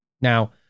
Now